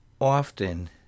often